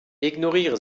ignoriere